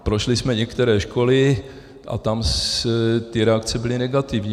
Prošli jsme některé školy a tam ty reakce byly negativní.